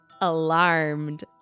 alarmed